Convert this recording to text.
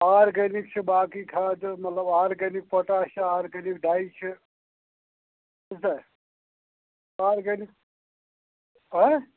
organic چھِ باقٕے کھادٕ مطلب آرگینِک پوٹیش چھِ آرگینِک ڈاے چھِ بوٗزتھا آرگینِک ہا